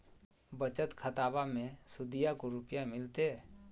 बचत खाताबा मे सुदीया को रूपया मिलते?